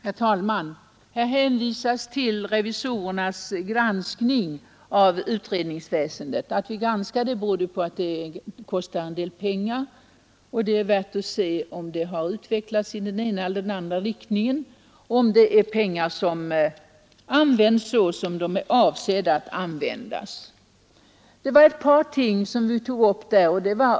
Herr talman! Här hänvisas till revisorernas granskning av utredningsväsendet. Att vi granskar det beror på att det kostar en del pengar, och att det är värt att se om det har utvecklats i den ena eller andra riktningen och om pengarna har använts så som de är avsedda. Vi tog där upp ett par ting, av rent praktisk natur.